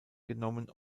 genommen